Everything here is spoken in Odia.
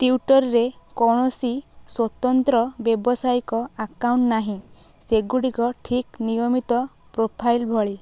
ଟ୍ୱିଟର୍ରେ କୌଣସି ସ୍ୱତନ୍ତ୍ର ବ୍ୟବସାୟିକ ଆକାଉଣ୍ଟ୍ ନାହିଁ ସେଗୁଡ଼ିକ ଠିକ୍ ନିୟମିତ ପ୍ରୋଫାଇଲ୍ ଭଳି